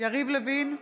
יריב לוין,